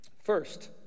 First